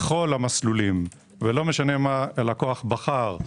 לכל המסלולים, ולא משנה מה הלקוח בחר,